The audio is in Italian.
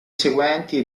seguenti